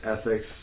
ethics